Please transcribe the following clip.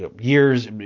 years